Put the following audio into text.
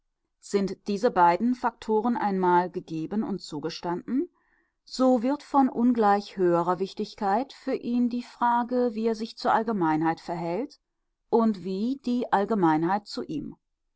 sind diese beiden faktoren einmal gegeben und zugestanden so wird von ungleich höherer wichtigkeit für ihn die frage wie er sich zur allgemeinheit verhält und wie die allgemeinheit zu ihm